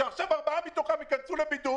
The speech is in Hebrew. שעכשיו ארבעה מתוכם ייכנסו לבידוד?